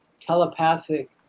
telepathic